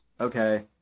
Okay